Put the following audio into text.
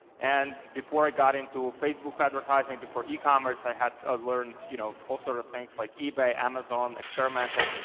and before i got into facebook advertising before ecommerce, i had ah learned you know all sort of things like ebay, amazon. experimented,